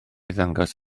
ddangos